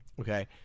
okay